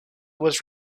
was